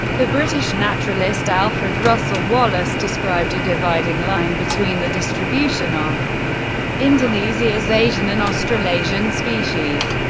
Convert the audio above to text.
the british naturalist alfred russel wallace described a dividing line between the distribution of indonesia's asian and australasian species.